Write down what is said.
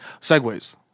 Segways